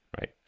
right